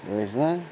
ٲسۍ نَہ